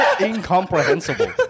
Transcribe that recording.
incomprehensible